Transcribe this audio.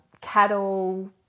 cattle